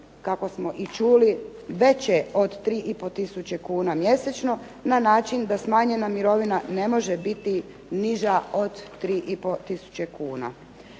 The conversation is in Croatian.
kako smo i čuli veće od 3 i po tisuće kuna mjesečno, na način da smanjena mirovina ne može biti niža od 3 i